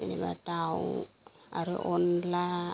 जेनेबा दाउ आरो अनला